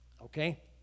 Okay